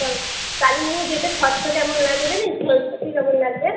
চল কালিম্পংয়ে যেতে খরচা কেমন লাগে জানিস খরচপাতি কেমন লাগবে